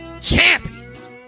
champions